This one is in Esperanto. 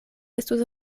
estus